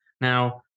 now